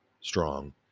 strong